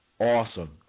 awesome